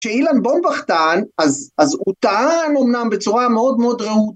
שאילן בומבך טען אז הוא טען אמנם בצורה מאוד מאוד..